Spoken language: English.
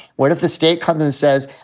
what if the state comes and says,